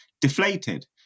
deflated